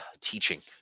teaching